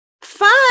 Fun